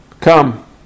come